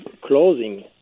closing